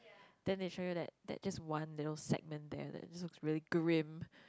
then they show you that that just one little segment there that just looks really grim